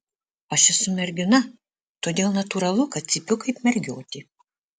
aš esu mergina todėl natūralu kad cypiu kaip mergiotė